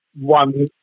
one